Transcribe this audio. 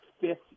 fifth